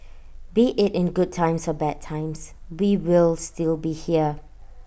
be IT in good times or bad times we will still be here